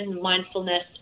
mindfulness